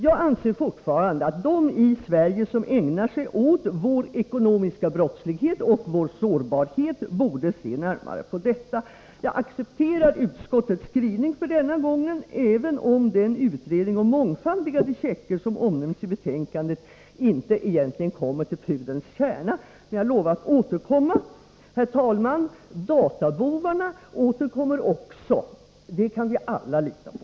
Jag anser fortfarande att de i Sverige som ägnar sig åt frågan om vår ekonomiska brottslighet och vår sårbarhet borde se närmare på detta. Jag accepterar utskottets skrivning för denna gång, även om den utredning om mångfaldigade checkar som omnämns i betänkandet egentligen inte kommer till pudelns kärna. Men jag lovar, herr talman, att återkomma. Databovarna återkommer också. Det kan vi alla lita på.